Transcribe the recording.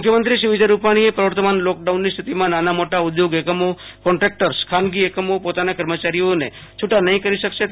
મુખ્યમંત્રી શ્રી વિજય રૂપાણીએ પ્રવર્તમાન લોકડાઉનની સ્થિતિમાં નાના મોટા ઉધોગ એકમો કોન્ટ્રાકટસ ખાનગી એકમો પોતાના કર્મચારીઓને છટા કરી શકશે નહીં